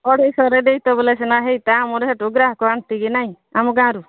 ଅଢ଼େଇ ଶହରେ ଦେଇତେ ବୋଲେ ସିନା ହେଇତା ଆମର ସେଠୁ ଗ୍ରାହକ ଆଣିଛି କି ନାଇ ଆମ ଗାଁରୁ